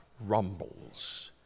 rumbles